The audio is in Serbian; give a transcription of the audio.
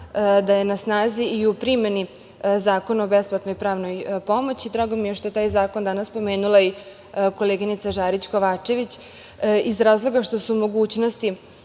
da je na snazi i u primeni Zakon o besplatnoj pravnoj pomoći. Drago mi je što je taj zakon danas pomenula i koleginica Žarić Kovačević iz razloga što su mogućnosti